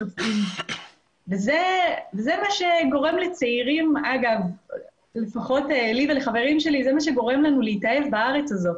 זה מה שגורם לצעירים לפחות לי ולחברים שלי להתאהב בארץ הזאת.